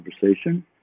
conversation